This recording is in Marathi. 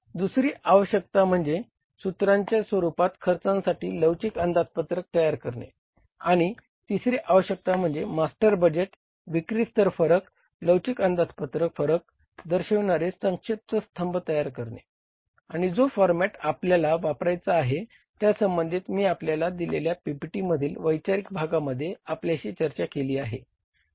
दुसरी आवश्यकता म्हणजे सूत्रांच्या स्वरूपात खर्चांसाठी लवचिक अंदाजपत्रक तयार करणे आणि तिसरी आवश्यकता म्हणजे मास्टर बजेट विक्री स्तर फरक लवचिक अंदाजपत्रक फरक दर्शविणारे संक्षिप्त स्तंभ तयार करणे आणि जो फॉरमॅट आपल्याला वापरायचा आहे त्यासंबंधी मी आपल्याला दिलेल्या PPT मधील वैचारिक भागामध्ये आपल्याशी चर्चा केली आहे